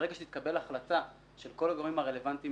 ברגע שתתקבל החלטה של כל הגורמים הרלוונטיים